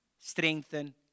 strengthen